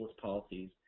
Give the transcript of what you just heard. policies